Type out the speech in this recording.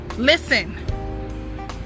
Listen